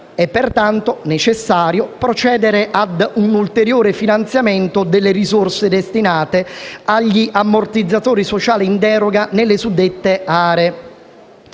È pertanto necessario procedere ad un ulteriore finanziamento delle risorse destinate agli ammortizzatori sociali in deroga nelle suddette aree,